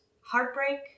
heartbreak